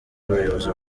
abayobozi